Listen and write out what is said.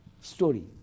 story